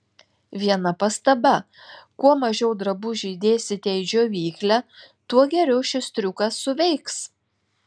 viena pastaba kuo mažiau drabužių įdėsite į džiovyklę tuo geriau šis triukas suveiks